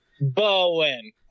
Bowen